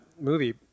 movie